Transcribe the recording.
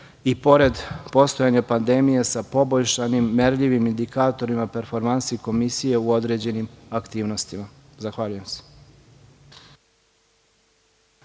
i pored postojanja pandemije sa poboljšanim merljivim indikatorima performansi komisije u određenim aktivnostima. Zahvaljujem se.